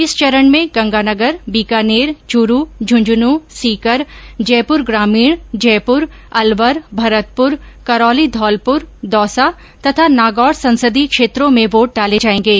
इस चरण में गंगानगर बीकानेर चूरू झुंझुंन सीकर जयपुर ग्रामीण जयपुर अलवर भरतपुर करौली धौलपुर दौसा तथा नागौर संसदीय क्षेत्रों में वोट डाले जाएगे